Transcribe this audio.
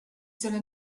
cela